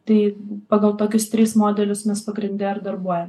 tai pagal tokius tris modelius mes pagrinde ir darbuojam